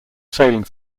sailing